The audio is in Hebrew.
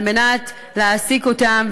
על מנת להעסיק אותם,